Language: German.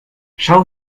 schau